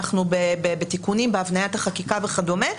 אנחנו בתיקונים בהבניית החקיקה וכדומה.